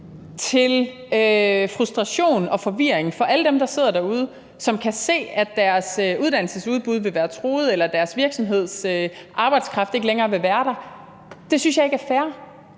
til frustration og forvirring for alle dem, der sidder derude og kan se, at deres uddannelsesudbud vil være truet, eller at deres virksomheds arbejdskraft ikke længere vil være der. Det synes jeg faktisk ikke er fair